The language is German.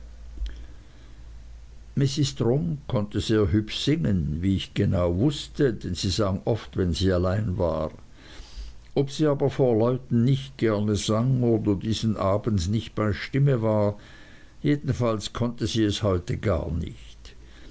mrs strong konnte sehr hübsch singen wie ich genau wußte denn sie sang oft wenn sie allein war ob sie aber vor leuten nicht gerne sang oder diesen abend nicht bei stimme war jedenfalls konnte sie es heute gar nicht